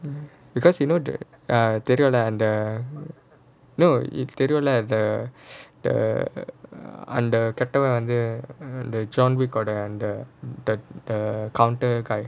um because you know the err daniel no is studio laboratory the the err the captain under the john wick or the under the the counter guy